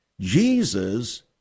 jesus